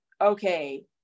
okay